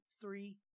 three